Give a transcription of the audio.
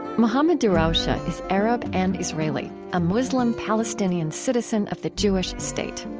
mohammad darawshe ah is arab and israeli a muslim palestinian citizen of the jewish state.